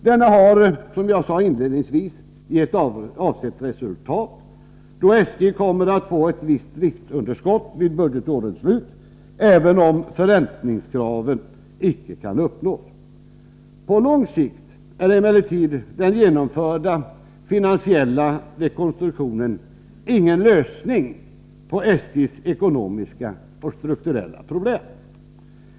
Den har, som jag sade inledningsvis, gett avsett resultat, då SJ kommer att få ett visst driftsöverskott vid budgetårets slut, även om förräntningskraven icke kan uppnås. På lång sikt är emellertid den genomförda finansiella rekonstruktionen ingen lösning på SJ:s ekonomiska och strukturella problem.